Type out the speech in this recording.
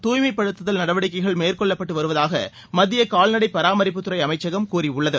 தூய்மைப்படுத்துதல் நடவடிக்கைகள் மேற்கொள்ளப்பட்டு வருவதாக மத்திய கால்நடை பராமரிப்புத் துறை அமைச்சகம் கூறியுள்ளது